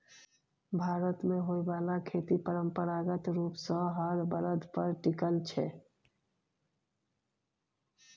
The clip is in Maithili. भारत मे होइ बाला खेती परंपरागत रूप सँ हर बरद पर टिकल छै